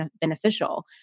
beneficial